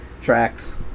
Tracks